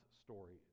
story